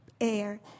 air